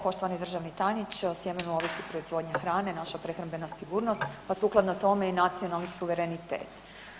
Poštovani državni tajniče o sjemenu ovisi proizvodnja hrane, naša prehrambena sigurnost pa sukladno tome i nacionalni suverenitet.